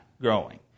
growing